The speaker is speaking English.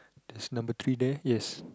is number three there yes